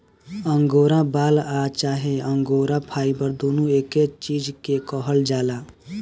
angora बाल आ चाहे अंगोरा फाइबर दुनो एके चीज के कहल जाला